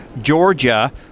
Georgia –